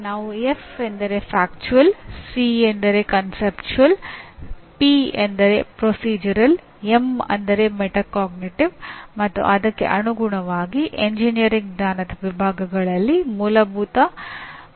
ನಾವು ಎಫ್ ಎಂದರೆ ಫ್ಯಾಕ್ಚುವಲ್ ಬಳಸಬಹುದು